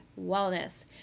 wellness